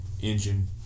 engine